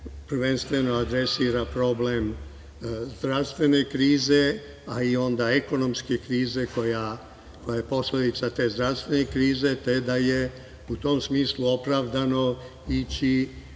prvenstveno adresira problem zdravstvene krize, a onda i ekonomske krize koja je posledica te zdravstvene krize, te da je u tom smislu opravdano ići